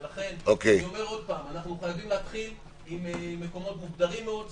ולכן אני אומר עוד פעם: אנחנו חייבים להתחיל עם מקומות מוסדרים מאוד,